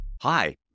Hi